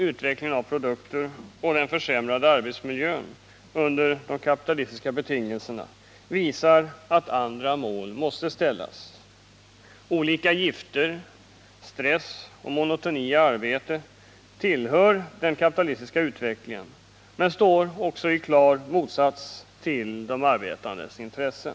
Utveeklingen av produkter och den försämrade arbetsmiljön under de kapitalistiska betingelserna innebär en konflikt som visar att andra mål måste ställas. Olika gifter, stress och monotoni i arbetet tillhör den kapitalistiska utvecklingen men står i klar motsats till de arbetandes intressen.